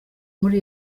muri